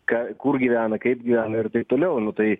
ką kur gyvena kaip gyvena ir taip toliau nu tai